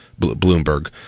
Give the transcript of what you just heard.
Bloomberg